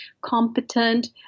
competent